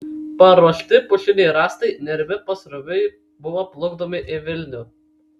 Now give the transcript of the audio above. paruošti pušiniai rąstai nerimi pasroviui buvo plukdomi į vilnių